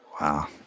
Wow